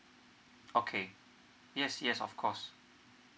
okay yes yes of course